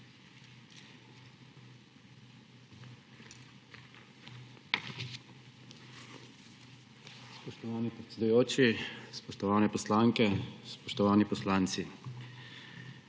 Spoštovani predsedujoči, spoštovane poslanke in poslanci!